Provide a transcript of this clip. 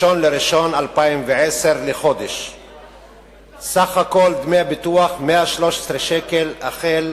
בינואר 2010. סך הכול דמי הביטוח הם 113 שקל לחודש